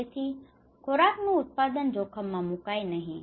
તેથી ખોરાક નું ઉત્પાદન જોખમ માં મુકાય નહિ